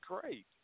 great